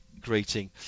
greeting